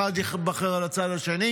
אחד ייבחר על ידי הצד השני,